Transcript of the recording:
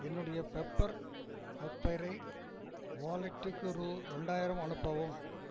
என்னுடைய பெப்பர் அஃபெரை வாலெட்டுக்கு ரூபா ரெண்டாயிரம் அனுப்பவும்